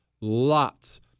lots